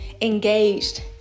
engaged